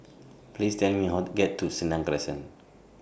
Please Tell Me How to get to Senang Crescent